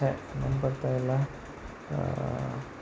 ಚೇ ನೆನಪು ಬರ್ತಾಯಿಲ್ಲ